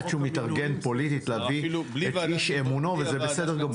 עד שהוא מתארגן להביא מישהו שהוא איש אמונו וזה בסדר גמור.